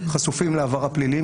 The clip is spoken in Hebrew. הם חשופים לעבר הפלילי.